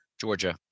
Georgia